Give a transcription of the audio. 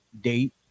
date